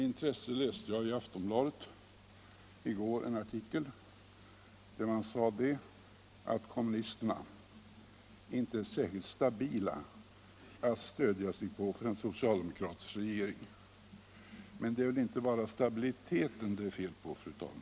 Med intresse läste jag i Aftonbladet i går en artikel där man sade att kommunisterna inte är ”särskilt stabila att stödja sig på för en socialdemokratisk regering”. Men det är väl inte bara stabiliteten det är fel på, fru talman!